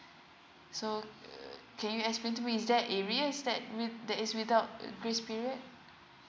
so can you explain to me is that area is that mm that is without a grace period